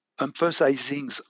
emphasizing